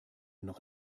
noch